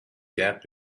gap